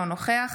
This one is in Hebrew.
אינו נוכח